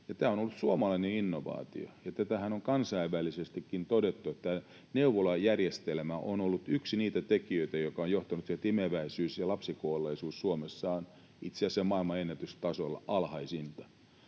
tämä on ollut suomalainen innovaatio. Kansainvälisestikin on todettu, että neuvolajärjestelmä on ollut yksi niitä tekijöitä, joka on johtanut siihen, että imeväisyys- ja lapsikuolleisuus Suomessa on itse asiassa maailmanennätystasolla alhaisinta.